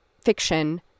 fiction